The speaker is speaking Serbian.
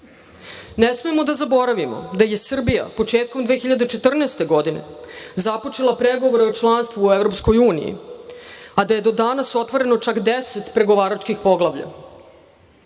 smemo da zaboravimo da je Srbija, početkom 2014. godine, započela pregovore o članstvu u EU, a da je do danas otvoreno čak deset pregovaračkih poglavlja.